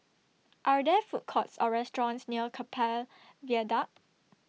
Are There Food Courts Or restaurants near Keppel Viaduct